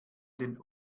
den